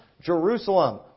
Jerusalem